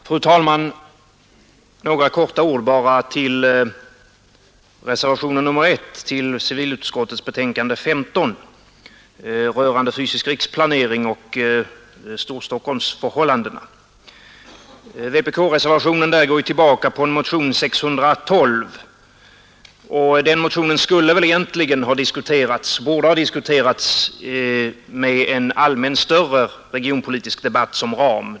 Fru talman! Bara några få ord med anledning av reservationen 1 vid civilutskottets betänkande nr 15 rörande den fysiska riksplaneringen och förhållandena i Storstockholm! Vpk-reservationen nr 1 grundar sig på motionen 612, och den borde egentligen ha diskuterats med en mera allmän regionpolitisk debatt som ram.